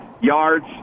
yards